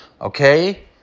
okay